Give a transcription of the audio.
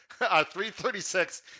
3.36